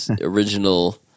original